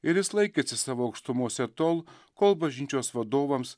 ir jis laikėsi savo aukštumose tol kol bažnyčios vadovams